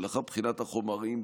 ולאחר בחינת החומרים,